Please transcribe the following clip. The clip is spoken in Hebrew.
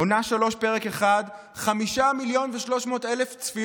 עונה 3, פרק 1, 5.3 מיליון צפיות,